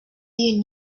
you